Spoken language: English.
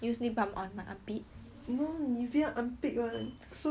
no no no my mother say don't use that [one]